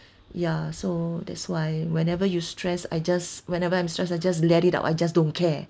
ya so that's why whenever you stress I just whenever I'm stressed I just let it out I just don't care